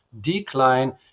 decline